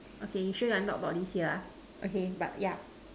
okay you sure you want to talk this year lah okay but yeah